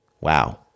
wow